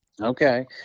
Okay